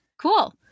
Cool